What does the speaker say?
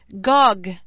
GOG